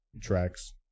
tracks